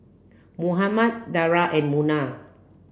Muhammad Dara and Munah